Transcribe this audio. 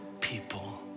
people